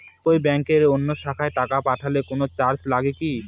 একই ব্যাংকের অন্য শাখায় টাকা পাঠালে কোন চার্জ লাগে কি?